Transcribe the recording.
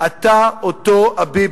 אתה אותו הביבי.